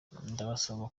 ndabasaba